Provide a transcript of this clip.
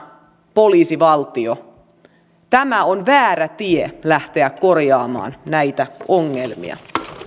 poliisivaltio niin tämä on väärä tie lähteä korjaamaan näitä ongelmia